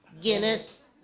Guinness